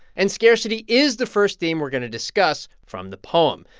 and scarcity is the first theme we're going to discuss from the poem.